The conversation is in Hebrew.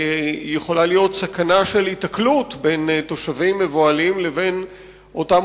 ויכולה להיות סכנה של היתקלות בין תושבים מבוהלים לבין אותם